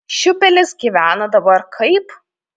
šiupelis gyvena dabar kaip